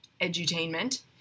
edutainment